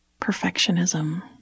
perfectionism